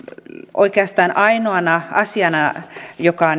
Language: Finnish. oikeastaan ainoana asiana joka